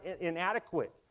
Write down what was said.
inadequate